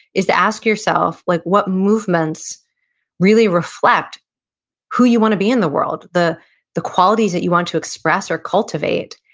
is to ask yourself like what movements really reflect who you want to be in the world, the the qualities that you want to express or cultivate,